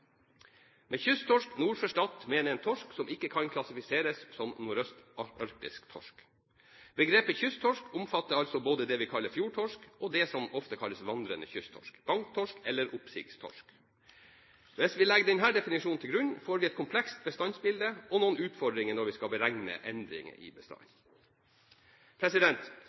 Med kysttorsk nord for Stad mener en torsk som ikke kan klassifiseres som nordøst-arktisk torsk. Begrepet kysttorsk omfatter altså både det vi kaller fjordtorsk, og det som ofte kalles vandrende kysttorsk, banktorsk eller oppsigstorsk. Hvis vi legger denne definisjonen til grunn, får vi et komplekst bestandsbilde, og noen utfordringer når vi skal beregne endringer i bestanden.